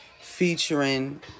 featuring